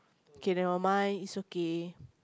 okay never mind it's okay